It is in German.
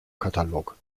katalog